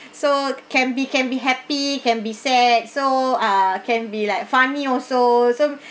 so can be can be happy can be sad so uh can be like funny also so